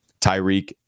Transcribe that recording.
Tyreek